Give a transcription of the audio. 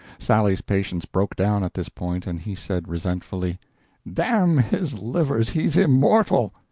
sally's patience broke down at this point, and he said, resentfully damn his livers, he's immortal!